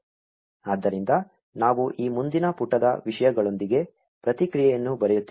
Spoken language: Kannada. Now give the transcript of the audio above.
ಆದ್ದರಿಂದ ನಾವು ಈ ಮುಂದಿನ ಪುಟದ ವಿಷಯಗಳೊಂದಿಗೆ ಪ್ರತಿಕ್ರಿಯೆಯನ್ನು ಬರೆಯುತ್ತಿದ್ದೇವೆ